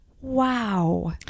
Wow